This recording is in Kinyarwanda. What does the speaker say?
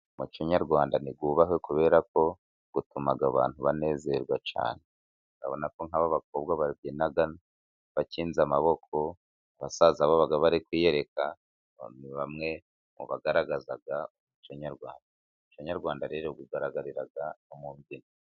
Umuco nyarwanda niwubahwe kubera ko utuma abantu banezerwa cyane. Urabona ko nk'aba bakobwa babyina bakinze amaboko, basaza babo baba bari kwiyereka, ni bamwe mu bagaragaza umuco nyarwanda. Umuco nyarwanda rero ugaragariraga no mu mbyino.